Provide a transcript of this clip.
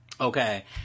okay